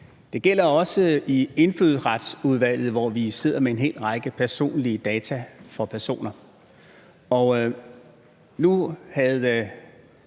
Det gælder også i Indfødsretsudvalget, hvor vi sidder med en hel række personlige data fra personer,